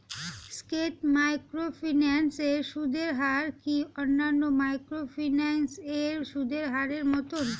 স্কেট microfinance এর সুদের হার কি অন্যান্য মাইক্রোফিন্যান্স এর সুদের হারের মতন?